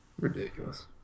Ridiculous